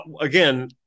again